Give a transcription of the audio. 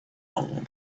among